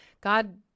God